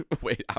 wait